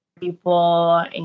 people